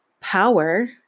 power